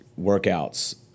workouts